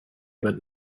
but